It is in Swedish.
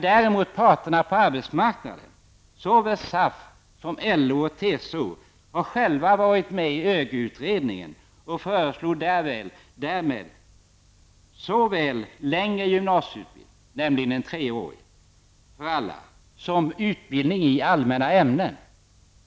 Däremot har parterna på arbetsmarknaden, såväl SAF som LO och TCO, själva varit med i ÖGY utredningen och föreslog där såväl längre gymnasieutbildning, nämligen en treårig, för alla som utbildning i allmänna ämnen.